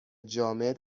جامد